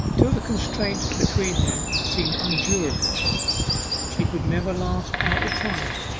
till the constraint between them seemed unendurable to her she could never last out time.